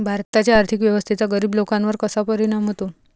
भारताच्या आर्थिक व्यवस्थेचा गरीब लोकांवर कसा परिणाम होतो?